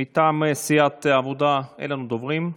מטעם סיעת העבודה אין לנו דוברים,